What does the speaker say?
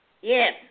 Yes